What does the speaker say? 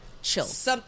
chills